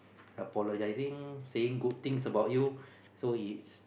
apologizing saying good things about you so it's